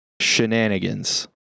shenanigans